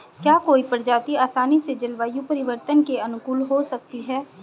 क्या कोई प्रजाति आसानी से जलवायु परिवर्तन के अनुकूल हो सकती है?